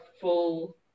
full